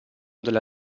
della